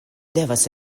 devas